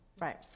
right